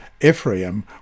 Ephraim